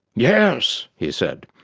yes he said,